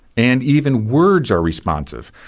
and even words are responsive.